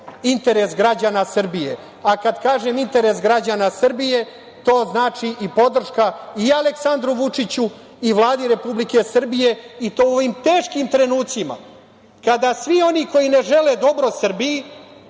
interes građana Srbije. Kad kažem interes građana Srbije to znači i podrška i Aleksandru Vučiću i Vladi Republike Srbije i to u ovim teškim trenucima kada svi oni koji ne žele dobro Srbiji